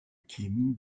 kim